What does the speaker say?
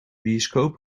bioscoop